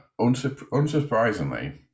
unsurprisingly